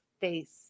face